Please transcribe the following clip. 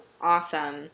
Awesome